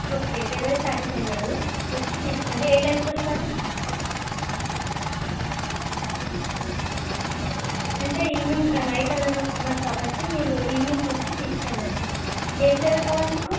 okay delivery charges ఏం పడదు వచ్చి తీసుకోండి ఏ టైంకి వస్తారు అంటే ఈవినింగ్ నైట్ అన్నారు అన్నారు కాబట్టి మీరు ఈవినింగ్ వచ్చి తీసుకెళ్ళండి ఏ ఫ్లేవర్ కావాలి మీకు